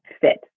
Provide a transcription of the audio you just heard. fit